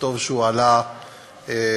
וטוב שהוא עלה כאן,